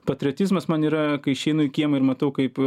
patriotizmas man yra kai išeinu į kiemą ir matau kaip